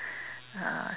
uh